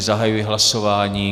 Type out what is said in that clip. Zahajuji hlasování.